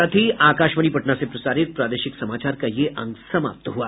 इसके साथ ही आकाशवाणी पटना से प्रसारित प्रादेशिक समाचार का ये अंक समाप्त हुआ